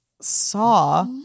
saw